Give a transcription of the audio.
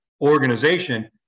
organization